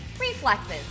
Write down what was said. Reflexes